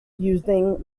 using